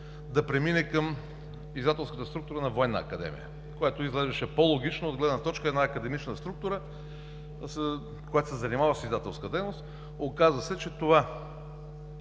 да премине към издателската структура на Военна академия, което изглеждаше по-логично от гледна точка на една академична структура, която се занимава с издателска дейност. Оказа се, че това